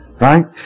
Right